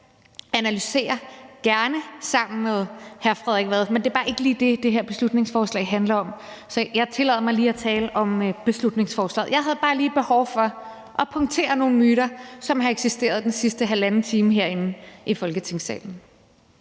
analysere, gerne sammen med hr. Frederik Vad, men det er bare ikke lige det, det her beslutningsforslag handler om. Så jeg tillader mig lige at tale om beslutningsforslaget, men jeg havde bare lige et behov for at punktere nogle myter, som har eksisteret den sidste halvanden time herinde i Folketingssalen.